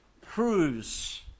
proves